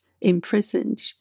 imprisoned